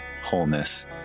wholeness